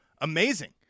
Amazing